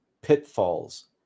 pitfalls